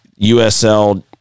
USL